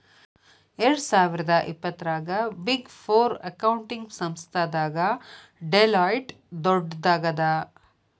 ಎರ್ಡ್ಸಾವಿರ್ದಾ ಇಪ್ಪತ್ತರಾಗ big four accounting ಸಂಸ್ಥಾದಾಗ ಡೆಲಾಯ್ಟ್ ದೊಡ್ಡದಾಗದ